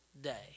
day